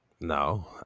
no